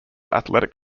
athletic